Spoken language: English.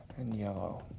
and yellow.